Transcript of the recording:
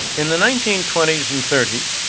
in the nineteen twenty s and thirty s,